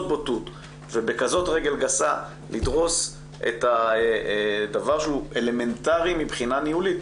בוטות ובכזאת רגל גסה לדרוש דבר שהוא אלמנטרי מבחינה ניהולית.